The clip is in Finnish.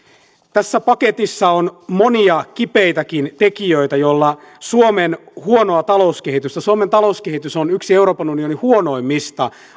tässä paketissa on monia kipeitäkin tekijöitä suomen huonon talouskehityksen suomen talouskehitys on yksi euroopan unionin huonoimmista